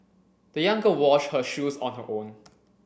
the young girl washed her shoes on her own